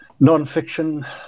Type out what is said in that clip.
nonfiction